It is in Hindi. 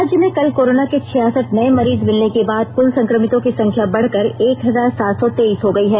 राज्य में कल कोरोना के छियासठ नये मरीज मिलने के बाद क्ल संकमितों की संख्या बढ़कर एक हजार सात सौ तेईस हो गयी है